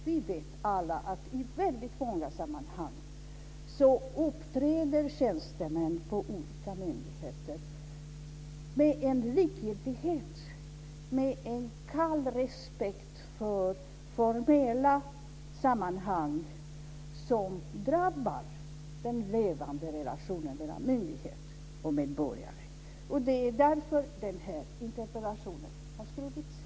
Vi vet alla att i väldigt många sammanhang uppträder tjänstemän på olika myndigheter med en likgiltighet, med en kall respekt för formella sammanhang, som drabbar den levande relationen mellan myndighet och medborgare. Det är därför den här interpellationen har skrivits.